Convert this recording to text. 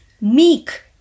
meek